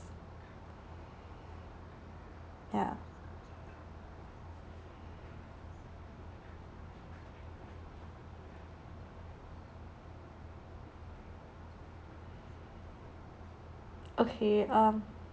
ya okay um